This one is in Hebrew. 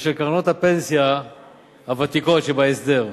ושל קרנות הפנסיה הוותיקות שבהסדר.